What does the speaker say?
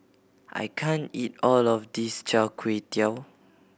I can't eat all of this Char Kway Teow